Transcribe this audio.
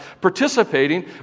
participating